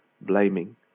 blaming